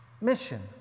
Mission